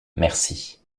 merci